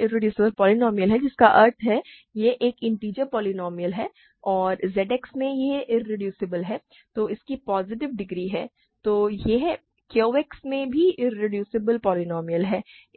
irreducible polynomial है जिसका अर्थ है यह एक इन्टिजर पोलीनोमिअल है और ZX में यह इरेड्यूसेबल है और इसकी पॉजिटिव डिग्री है तो यह Q X में भी इरेड्यूसेबल पोलीनोमिअल है